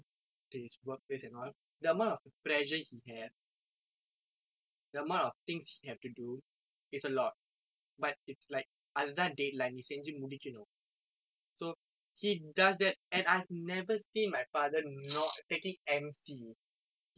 the amount of things he have to do is a lot but it's like அதுதான்:athuthaan day like நீ செஞ்சி முடிக்கணும்:ni senchi mudikkanum so he does that and I've never seen my father not taking M_C he doesn't even அவங்க:avanga sick ah இருந்தா கூட வேலைக்கு போவாங்க:irunthaa kuda velaikku povaanga